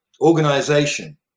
organization